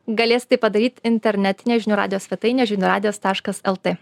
galės tai padaryt internetinėje žinių radijo svetainėje žinių radijas taškas lt